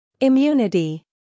Immunity